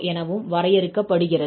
எனவும் வரையறுக்கப்படுகிறது